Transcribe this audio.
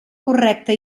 correcta